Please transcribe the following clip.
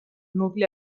nucli